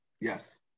Yes